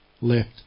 left